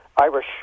Irish